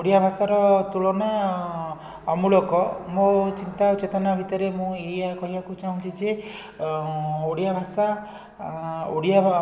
ଓଡ଼ିଆଭାଷାର ତୁଳନା ଅମୂଳକ ମୋ ଚିନ୍ତା ଓ ଚେତନା ଭିତରେ ମୁଁ ଏଇଆ କହିବାକୁ ଚାହୁଁଛି ଯେ ଓଡ଼ିଆଭାଷା ଓଡ଼ିଆ